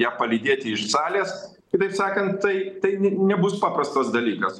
ją palydėti iš salės kitaip sakant tai tai ne nebus paprastas dalykas